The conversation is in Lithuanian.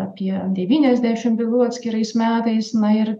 apie devyniasdešimt bylų atskirais metais na ir